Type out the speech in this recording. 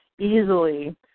easily